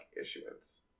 issuance